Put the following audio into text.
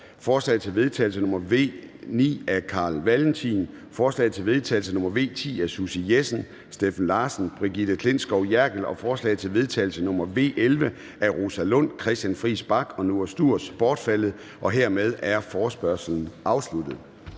forslag til vedtagelse nr. V 9 af Carl Valentin (SF), forslag til vedtagelse nr. V 10 af Susie Jessen (DD), Steffen Larsen (LA) og Brigitte Klintskov Jerkel (KF) og forslag til vedtagelse nr. V 11 af Rosa Lund (EL), Christian Friis Bach (RV) og Noah Sturis (ALT) bortfaldet. Hermed er forespørgslen afsluttet.